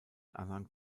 anhang